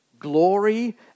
Glory